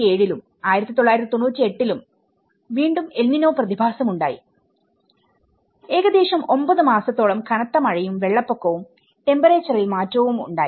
1997 ലും 1998 ലും വീണ്ടും എൽനിനോപ്രതിഭാസം ഉണ്ടായി ഏകദേശം 9 മാസത്തോളം കനത്ത മഴയും വെള്ളപ്പൊക്കവും ടെമ്പറേച്ചറിൽമാറ്റവും ഉണ്ടായി